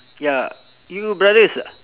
ya you got brothers ah